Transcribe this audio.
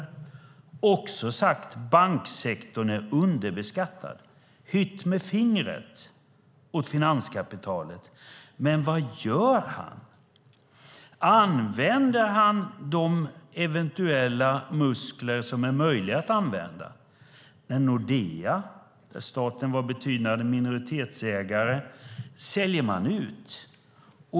Han har också sagt att banksektorn är underbeskattad och hytt med fingret åt finanskapitalet. Men vad gör han? Använder han de eventuella muskler som är möjliga att använda? Nordea, där staten varit en betydande minoritetsägare, säljer man ut.